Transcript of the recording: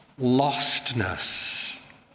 lostness